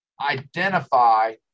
identify